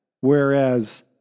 Whereas